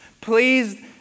Please